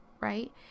right